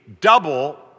double